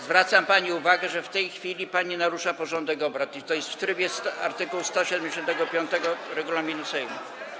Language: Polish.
Zwracam pani uwagę, że w tej chwili pani narusza porządek obrad, i to jest w trybie art. 175 regulaminu Sejmu.